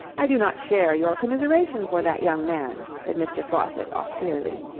i do not share your commiseration for that young man, said mr. faucitt austerely.